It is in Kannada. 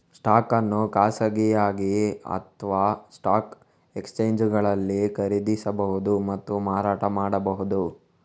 ಸ್ಟಾಕ್ ಅನ್ನು ಖಾಸಗಿಯಾಗಿ ಅಥವಾಸ್ಟಾಕ್ ಎಕ್ಸ್ಚೇಂಜುಗಳಲ್ಲಿ ಖರೀದಿಸಬಹುದು ಮತ್ತು ಮಾರಾಟ ಮಾಡಬಹುದು